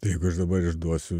jeigu aš dabar išduosiu